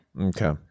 Okay